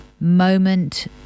moment